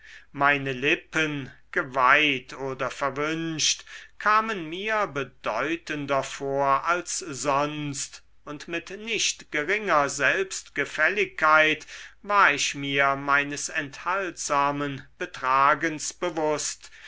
meine lippen geweiht oder verwünscht kamen mir bedeutender vor als sonst und mit nicht geringer selbstgefälligkeit war ich mir meines enthaltsamen betragens bewußt